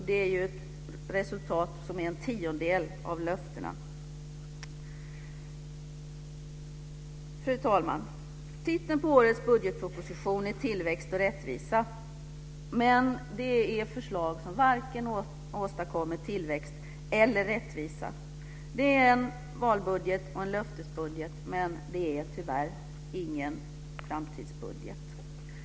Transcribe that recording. Det är ett resultat som är en tiondel av löftet. Fru talman! Titeln på årets budgetproposition är Tillväxt och rättvisa. Men det är förslag som varken åstadkommer tillväxt eller rättvisa. Det är en valbudget och en löftesbudget, men det är tyvärr ingen framtidsbudget.